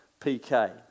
PK